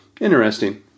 interesting